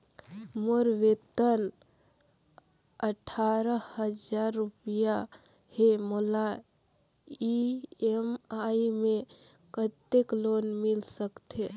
मोर वेतन अट्ठारह हजार रुपिया हे मोला ई.एम.आई मे कतेक लोन मिल सकथे?